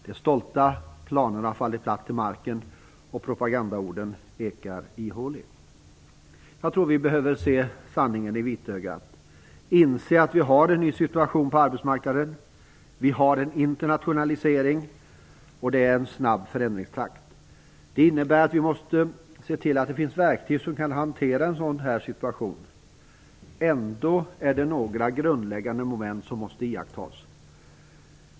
De stolta planerna faller platt till marken, och propagandan ekar ihåligt. Jag tror att vi behöver se sanningen i vitögat och inse att vi har en ny situation på arbetsmarknaden. Vi har en internationalisering, och förändringstakten är snabb. Detta innebär att vi måste se till att det finns verktyg så att vi kan hantera en situation som denna. Ändå måste några grundläggande moment iakttas.